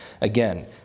Again